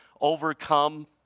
overcome